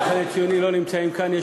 המחנה הציוני לא נמצאים כאן.